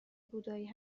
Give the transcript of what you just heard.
بودایی